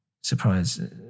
surprise